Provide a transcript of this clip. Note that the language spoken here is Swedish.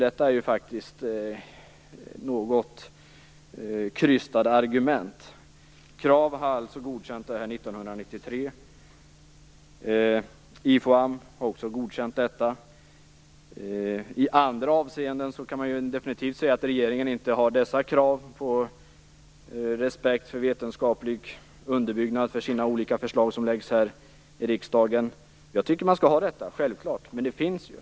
Det är något krystade argument. Krav har godkänt detta år 1993. IFOAM har också godkänt detta. I andra avseenden kan man definitivt säga att regeringen inte har dessa krav på respekt för vetenskaplig underbyggnad för de olika förslag som läggs fram här i riksdagen. Jag tycker att man skall ha detta. Det är självklart. Men det finns ju.